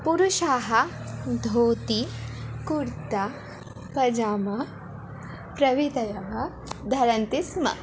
पुरुषाः धोति कुर्ता पजामा प्रवितयः धरन्ति स्म